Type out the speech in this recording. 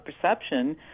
perception